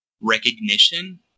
recognition